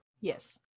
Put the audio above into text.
Yes